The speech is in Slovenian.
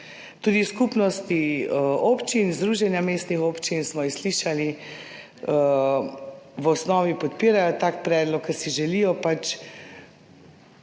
Tudi Skupnost občin, Združenje mestnih občin, smo jih slišali, v osnovi podpirajo tak predlog, ker si želijo